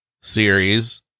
series